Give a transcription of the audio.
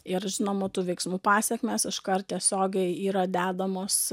ir žinoma tų veiksmų pasekmės iškart tiesiogiai yra dedamos